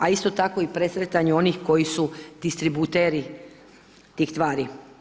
A isto tako i presretanju onih koji su distributeri tih tvari.